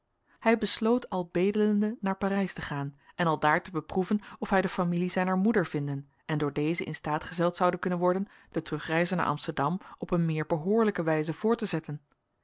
hij besloot al bedelende naar parijs te gaan en aldaar te beproeven of hij de familie zijner moeder vinden en door deze in staat gesteld zoude kunnen worden de terugreize naar amsterdam op eene meer behoorlijke wijze voort te zetten